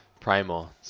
primal